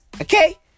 Okay